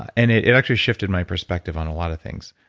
and it it actually shifted my perspective on a lot of things.